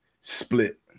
split